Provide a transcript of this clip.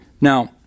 Now